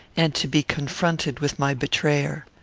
and to be confronted with my betrayer.